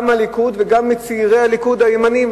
גם הליכוד וגם צעירי הליכוד הימניים,